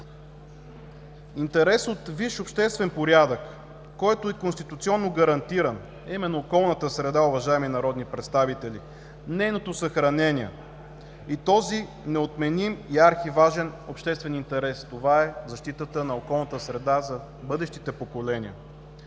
Интерес от висш обществен порядък, който е и конституционно гарантиран, е именно околната среда, уважаеми народни представители! Нейното съхранение и този неотменим ярък и важен обществен интерес, това е защитата на околната среда за бъдещите поколения.